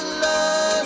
love